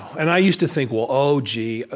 and i used to think, well, oh, gee, ah